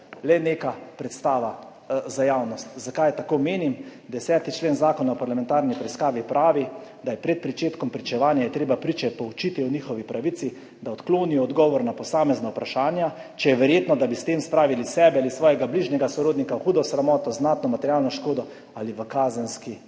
le neka predstava za javnost. Zakaj tako menim? 10. člen Zakona o parlamentarni preiskavi pravi, da je pred pričetkom pričevanja treba priče poučiti o njihovi pravici, da odklonijo odgovor na posamezna vprašanja, če je verjetno, da bi s tem spravili sebe ali svojega bližnjega sorodnika v hudo sramoto, znatno materialno škodo ali v kazenski